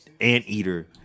anteater